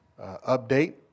update